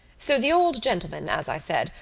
so the old gentleman, as i said,